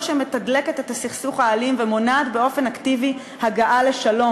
שמתדלקת את הסכסוך האלים ומונעת באופן אקטיבי הגעה לשלום.